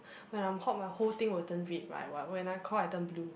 when I'm hot my whole thing will turn red right when I'm cold I turn blue